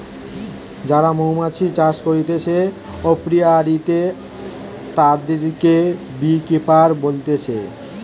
যারা মৌমাছি চাষ করতিছে অপিয়ারীতে, তাদিরকে বী কিপার বলতিছে